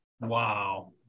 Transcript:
Wow